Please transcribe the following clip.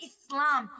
Islam